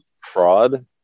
fraud